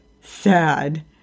sad